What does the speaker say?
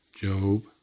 Job